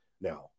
now